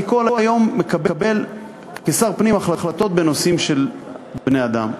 אני כל היום מקבל כשר הפנים החלטות בנושאים של בני-אדם,